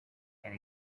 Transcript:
and